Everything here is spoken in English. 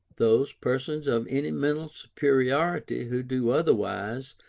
those persons of any mental superiority who do otherwise,